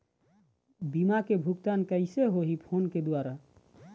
बीमा के भुगतान कइसे होही फ़ोन के द्वारा?